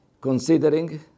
considering